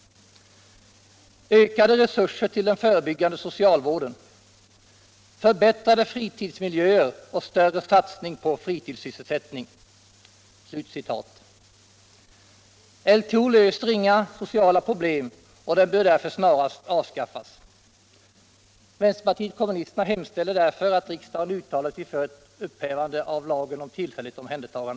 Ökade resurser till den förebyggande socialvården. Förbättrade fritidsmiljöer och större satsning på fritidssysselsättning. LTO-lagen om tillfälligt omhändertagande löser inga sociala problem och bör snarast avskaffas.”